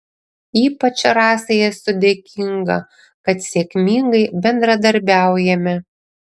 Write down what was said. ypač rasai esu dėkinga kad sėkmingai bendradarbiaujame